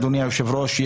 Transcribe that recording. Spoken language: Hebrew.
אדוני היושב ראש,